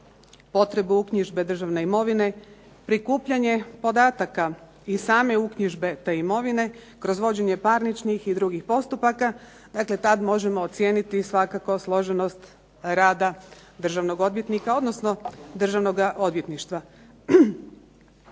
potrebu uknjižbe državne imovine, prikupljanje podataka i same uknjižbe te imovine kroz vođenje parničnih i drugih postupaka. Dakle, tad možemo ocijeniti svakako složenost rada državnog odvjetnika, odnosno Državnoga odvjetništva.